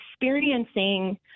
experiencing